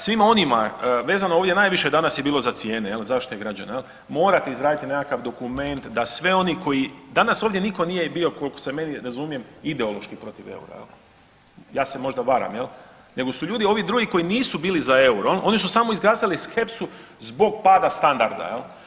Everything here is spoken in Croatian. Svima onima, vezano ovdje najviše je danas bilo za cijene, zaštite građana, morate izraditi nekakav dokument da sve oni koji danas ovdje nitko nije bio, koliko se meni razumijem, ideološki protiv eura, ja se možda varam, je l', nego su ljudi ovi drugi koji nisu bili za euro, oni su samo izglasali skepsu zbog pada standarda.